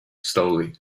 slowly